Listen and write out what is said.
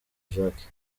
jacques